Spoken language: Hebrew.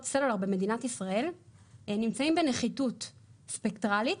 סלולר במדינת ישראל נמצאים בנחיתות ספקטראלית,